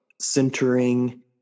centering